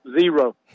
Zero